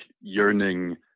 yearning